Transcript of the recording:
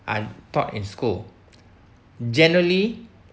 are taught in school generally